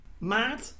mad